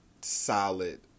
solid